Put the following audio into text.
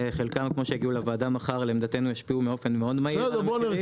חלקם כמו שהגיעו לוועדה מחר לעמדתנו ישפיעו באופן מאוד מהיר על המחירים,